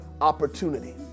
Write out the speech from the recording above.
opportunity